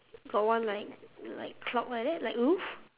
got one like like clock like that like roof